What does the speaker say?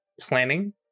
planning